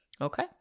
Okay